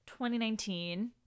2019